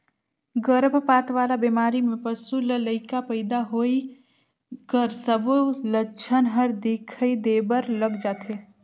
गरभपात वाला बेमारी में पसू ल लइका पइदा होए कर सबो लक्छन हर दिखई देबर लग जाथे